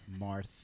Marth